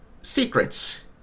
secrets